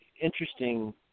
interesting